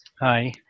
Hi